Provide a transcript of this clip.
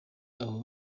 abo